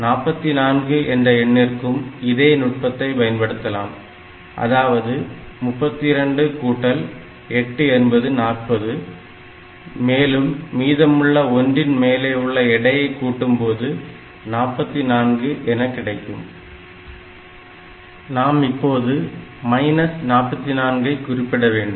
44 என்ற எண்ணிற்கும் இதே நுட்பத்தை பயன்படுத்தலாம் அதாவது 32 கூட்டல் 8 என்பது 40 மேலும் மீதமுள்ள 1 ன் மேலே உள்ள எடையை கூட்டும் போது 44 எனக் கிடைக்கும் நாம் இப்போது மைனஸ் 44 ஐ குறிப்பிட வேண்டும்